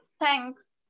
Thanks